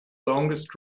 longest